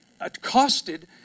accosted